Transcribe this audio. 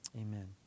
Amen